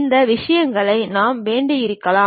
இந்த விஷயங்களை மாற்ற வேண்டியிருக்கலாம்